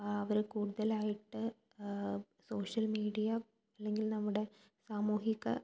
അവർ കൂടുതലായിട്ട് social media അല്ലെങ്കില് നമ്മുടെ സാമൂഹിക